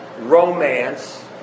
romance